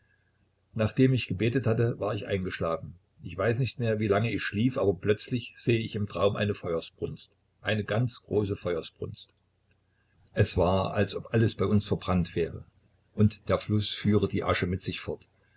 nachdem ich gebetet hatte war ich eingeschlafen ich weiß nicht mehr wie lange ich schlief aber plötzlich sehe ich im traum eine feuersbrunst eine ganz große feuersbrunst es war als ob alles bei uns verbrannt wäre und der fluß führe die asche mit sich fort